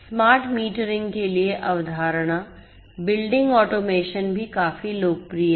smart metering के लिए अवधारणा बिल्डिंग ऑटोमेशन भी काफी लोकप्रिय हैं